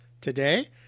today